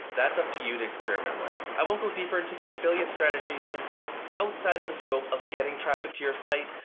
that's up to you to experiment with. i won't go deeper into the affiliate strategy since that's outside of the scope of getting traffic to your site.